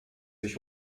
sich